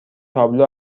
تابلو